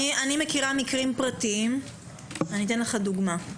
אני אתן לך דוגמה.